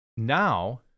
Now